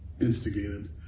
instigated